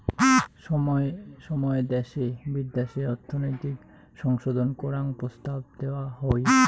সময় সময় দ্যাশে বিদ্যাশে অর্থনৈতিক সংশোধন করাং প্রস্তাব দেওয়া হই